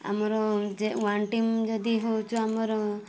ଆମର ଯେ one team ଯଦି ହଉଛୁ ଆମର